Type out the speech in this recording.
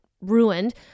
ruined